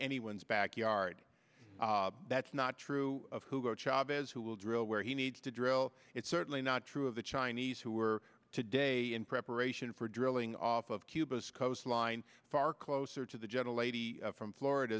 anyone's backyard that's not true of who go chavez who will drill where he needs to drill it's certainly not true of the chinese who are today in preparation for drilling off of cuba's coastline far closer to the gentle lady from